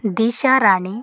Disha Rani